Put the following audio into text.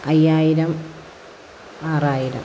അയ്യായിരം ആറായിരം